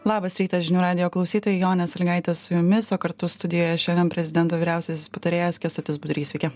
labas rytas žinių radijo klausytojai jonė sąlygaitė su jumis o kartu studijoje šiandien prezidento vyriausiasis patarėjas kęstutis budrys sveiki